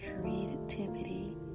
creativity